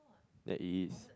that it is